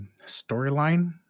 storyline